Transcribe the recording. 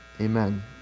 amen